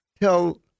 tell